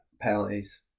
penalties